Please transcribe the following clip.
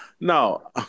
No